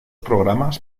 programas